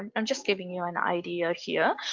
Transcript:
i'm just giving you an idea here,